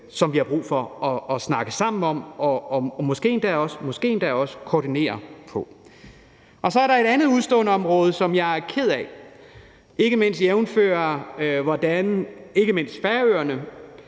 som vi har brug for at snakke sammen om og måske endda også koordinere på. Så er der et udestående på et andet område, som jeg er ked af, jævnfør, hvordan ikke mindst Færøerne